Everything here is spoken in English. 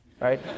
right